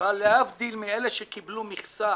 אבל להבדיל מאלה שקיבלו מכסה